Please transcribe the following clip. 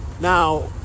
Now